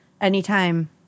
anytime